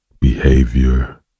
behavior